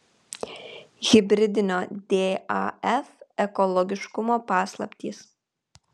hibridinio daf ekologiškumo paslaptys